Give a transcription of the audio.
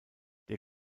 der